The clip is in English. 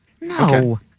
no